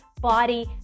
body